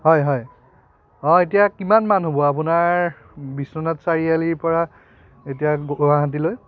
হয় হয় অঁ এতিয়া কিমান মান হ'ব আপোনাৰ বিশ্বনাথ চাৰিআলিৰ পৰা এতিয়া গুৱাহাটীলৈ